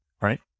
right